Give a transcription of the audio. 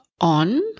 on